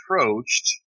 approached